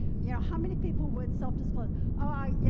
you know, how many people would self-disclose ah yeah